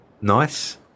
Nice